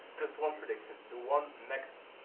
just one prediction, the one next,